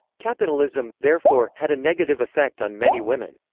capitalism, therefore, had a negative effect on many women.